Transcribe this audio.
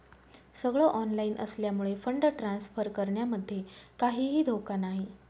सगळ ऑनलाइन असल्यामुळे fund transfer करण्यामध्ये काहीही धोका नाही